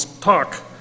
talk